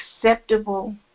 acceptable